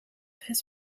his